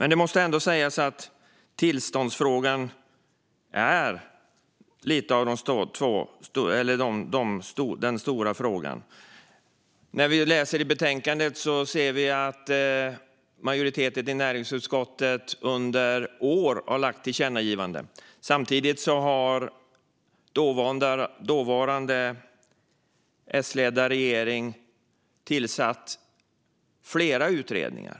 Det måste ändå sägas att tillståndsfrågan är den stora frågan. I betänkandet ser vi att majoriteten i näringsutskottet under flera år har gjort tillkännagivanden. Samtidigt tillsatte den dåvarande S-ledda regeringen flera utredningar.